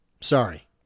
sorry